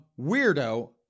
weirdo